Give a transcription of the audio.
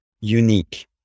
unique